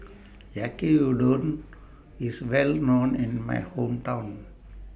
Yaki Udon IS Well known in My Hometown